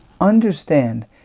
understand